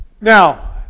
Now